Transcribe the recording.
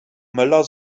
möller